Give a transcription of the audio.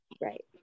Right